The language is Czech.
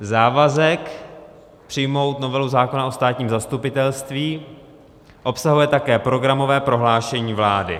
Závazek přijmout novelu zákona o státním zastupitelství obsahuje také programové prohlášení vlády.